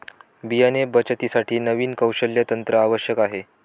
बियाणे बचतीसाठी नवीन कौशल्य तंत्र आवश्यक आहे